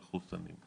מחוסנים.